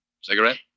Cigarette